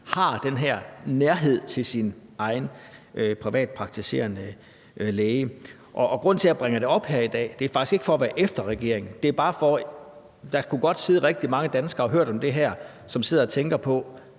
har den her nærhed til sin egen privatpraktiserende læge. Grunden til, jeg bringer det op her i dag, er faktisk ikke, at jeg vil være efter regeringen. Det er bare, fordi der kunne sidde rigtig mange danskere og have hørt om det her, som sidder og tænker på